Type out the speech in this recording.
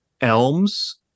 elms